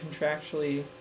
contractually